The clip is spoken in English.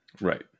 Right